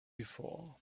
before